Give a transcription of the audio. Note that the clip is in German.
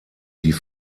die